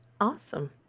Awesome